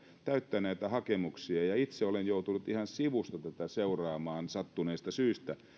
täyttää näitä hakemuksia itse olen joutunut ihan sivusta seuraamaan sattuneesta syystä